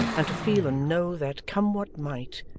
and to feel and know that, come what might,